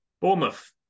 Bournemouth